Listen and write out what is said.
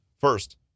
First